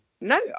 No